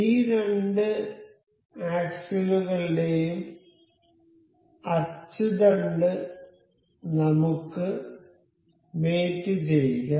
ഈ രണ്ട് ആക്സിലുകളുടെയും അച്ചുതണ്ട് നമുക്ക് മേറ്റ് ചെയ്യിക്കാം